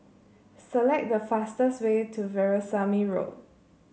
select the fastest way to Veerasamy Road